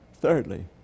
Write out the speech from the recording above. Thirdly